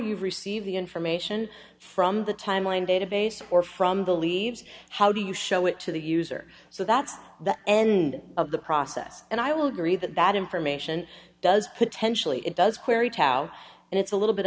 you receive the information from the timeline database or from the leaves how do you show it to the user so that's the end of the process and i will grieve that that information does potentially it does carry tao and it's a little bit